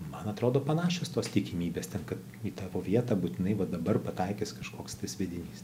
man atrodo panašios tos tikimybės kad į tavo vietą būtinai va dabar pataikys kažkoks sviedinys